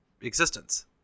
existence